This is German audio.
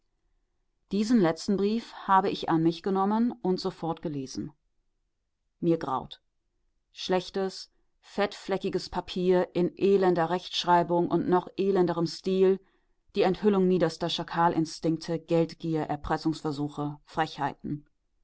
diesen letzten brief habe ich an mich genommen und ihn soeben gelesen mir graut schlechtes fettfleckiges papier in elender rechtschreibung und noch elenderem stil die enthüllung niederster schakalinstinkte geldgier erpressungsversuche frechheiten